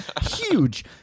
huge